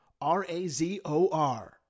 R-A-Z-O-R